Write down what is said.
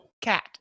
cat